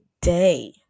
day